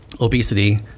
obesity